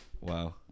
wow